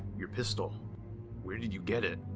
your pistol where did you get it?